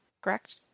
correct